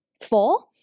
four